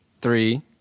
Three